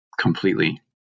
completely